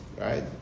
Right